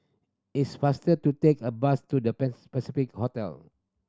it's faster to take a bus to The Pans Pacific Hotel